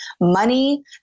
money